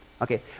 okay